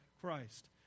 Christ